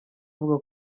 avuga